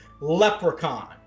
leprechaun